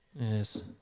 Yes